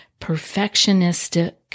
perfectionistic